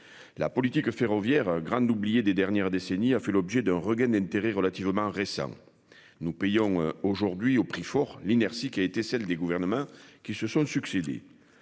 La politique ferroviaire, grande oubliée des dernières décennies a fait l'objet d'un regain d'intérêt relativement récent, nous payons aujourd'hui au prix fort l'inertie qui a été celle des gouvernements qui se sont succédé.